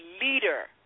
leader